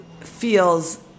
feels